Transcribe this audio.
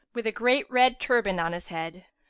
with a great red turband on his head.